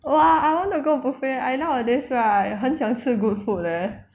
!wah! I want to go buffet I nowadays right 很想吃 good food leh